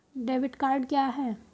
Debit card क्या है?